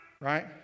right